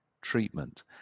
treatment